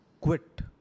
quit